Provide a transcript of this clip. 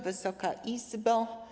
Wysoka Izbo!